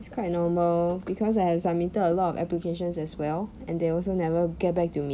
it's quite normal because I submitted a lot of applications as well and they also never get back to me